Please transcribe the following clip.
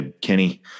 Kenny